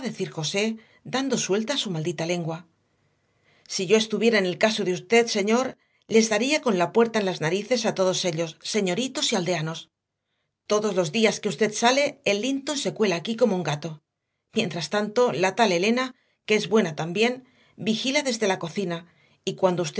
decir josé dando suelta a su maldita lengua si yo estuviera en el caso de usted señor les daría con la puerta en las narices a todos ellos señoritos y aldeanos todos los días que usted sale el linton se cuela aquí como un gato mientras tanto la tal elena qué es buena también vigila desde la cocina y cuando